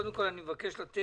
קודם כול אני מבקש לתת